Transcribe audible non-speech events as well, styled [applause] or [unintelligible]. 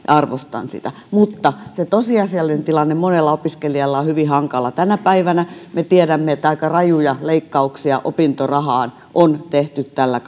[unintelligible] arvostan sitä mutta se tosiasiallinen tilanne monella opiskelijalla on hyvin hankala tänä päivänä me tiedämme että aika rajuja leikkauksia opintorahaan on tehty tällä [unintelligible]